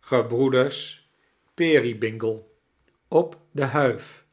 geferoeders peerybingle op de huif